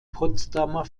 potsdamer